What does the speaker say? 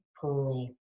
Pearl